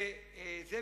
וזאביק,